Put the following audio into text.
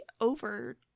over